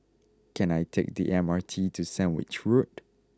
can I take the M R T to Sandwich Road